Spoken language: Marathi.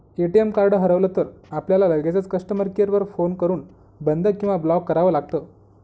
ए.टी.एम कार्ड हरवलं तर, आपल्याला लगेचच कस्टमर केअर वर फोन करून बंद किंवा ब्लॉक करावं लागतं